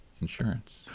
insurance